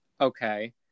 okay